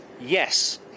yes